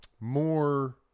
more